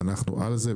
ואנחנו על זה,